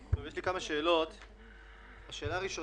עודד, צריך לומר